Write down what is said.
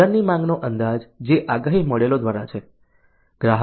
બજારની માંગનો અંદાજ જે આગાહી મોડેલો દ્વારા છે